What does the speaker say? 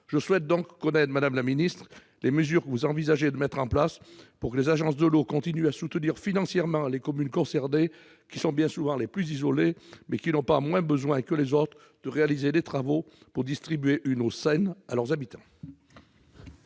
Je souhaite donc connaître, madame la secrétaire d'État, les mesures que vous envisagez de mettre en place pour que les agences de l'eau continuent à soutenir financièrement les communes concernées, lesquelles sont bien souvent les plus isolées mais n'ont pas moins besoin que les autres de réaliser des travaux pour distribuer une eau saine à leurs habitants.